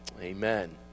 Amen